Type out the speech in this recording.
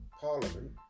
Parliament